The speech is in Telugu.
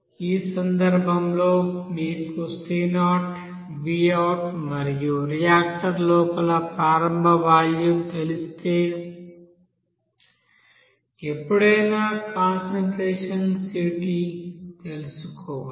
ఈ సందర్భంలో మీకు C0 Vout మరియు రియాక్టర్ లోపల ప్రారంభ వాల్యూమ్ తెలిస్తే ఎప్పుడైనా కాన్సంట్రేషన్ Ct తెలుసుకోవచ్చు